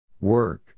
Work